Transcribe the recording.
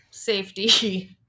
safety